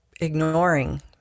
ignoring